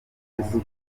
tumaze